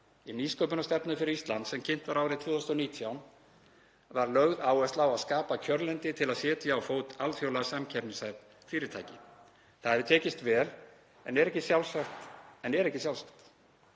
Í nýsköpunarstefnu fyrir Ísland sem kynnt var árið 2019 var lögð áhersla á að skapa kjörlendi til að setja á fót alþjóðlega samkeppnishæf fyrirtæki. Það hefur tekist vel en er ekki sjálfsagt.